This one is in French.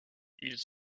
ils